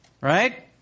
Right